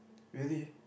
really